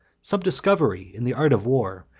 some discovery in the art of war,